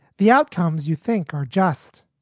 the outcomes you think are just